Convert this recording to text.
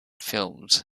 films